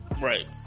Right